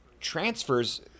transfers